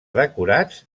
decorats